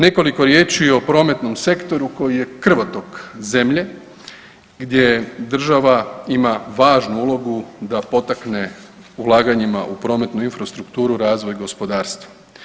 Nekoliko riječi o prometnom sektoru koji je krvotok zemlje gdje država ima važnu ulogu da potakne ulaganjima u prometnu infrastrukturu u razvoj gospodarstva.